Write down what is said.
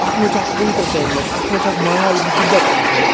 اَتھ منٛز چھِ اَکھ اِنٹَرٹینمٮ۪نٛٹ اَتھ منٛز چھِ اَکھ ماے محبت آسان